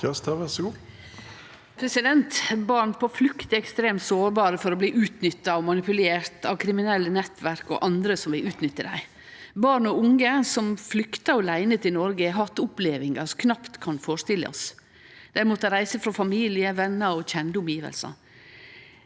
Barn på flukt er ekstremt sårbare for å bli utnytta og manipulerte av kriminelle nettverk og andre som vil utnytte dei. Barn og unge som flyktar åleine til Noreg, har hatt opplevingar som vi knapt kan førestille oss. Dei har måtta reise frå familie, vener og kjende omgjevnader.